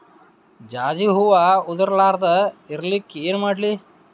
ಜಾಜಿ ಹೂವ ಉದರ್ ಲಾರದ ಇರಲಿಕ್ಕಿ ಏನ ಮಾಡ್ಲಿ?